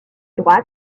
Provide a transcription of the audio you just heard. droite